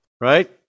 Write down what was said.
Right